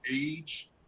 age